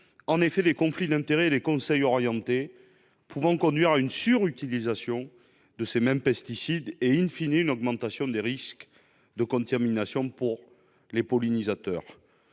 entraîne des conflits d'intérêts et des conseils orientés pouvant conduire à une surutilisation de ces mêmes pesticides et,, à une augmentation des risques de contamination pour les pollinisateurs.